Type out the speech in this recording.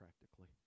practically